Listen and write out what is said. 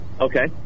okay